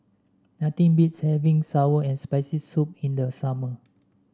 nothing beats having sour and Spicy Soup in the summer